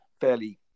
fairly